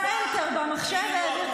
עשה אנטר במחשב והעביר.